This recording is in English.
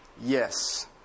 Yes